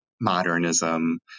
modernism